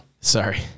Sorry